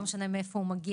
לא משנה מאיפה הוא מגיע,